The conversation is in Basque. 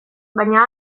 baina